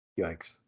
yikes